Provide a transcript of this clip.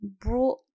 brought